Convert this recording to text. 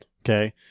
Okay